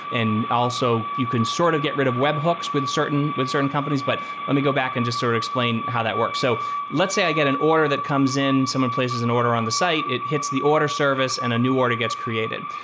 and also you can sort of get rid of webhooks with certain with certain companies. but let me go back and just sort of explain how that works. so let's say i get an order that comes in. someone places an order on the site. it hits the order service and a new order gets created.